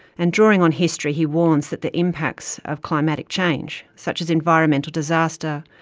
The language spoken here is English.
and drawing on history, he warns that the impacts of climatic change such as environmental disaster,